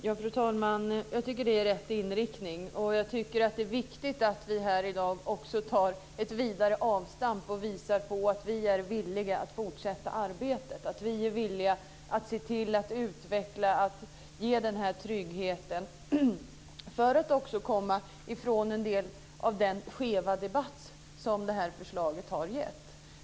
Fru talman! Jag tycker att det är rätt inriktning. Jag tycker också att det är viktigt att vi här i dag gör ett vidare avstamp och visar att vi är villiga att fortsätta arbetet, att vi vill se till att detta utvecklas och att den här tryggheten ges; detta också för att komma ifrån en del av den skeva debatt som det här förslaget har gett.